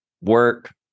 work